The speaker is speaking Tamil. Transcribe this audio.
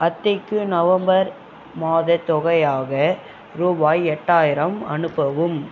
அத்தைக்கு நவம்பர் மாதத் தொகையாக ரூபாய் எட்டாயிரம் அனுப்பவும்